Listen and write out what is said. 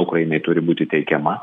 ukrainai turi būti teikiama